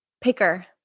picker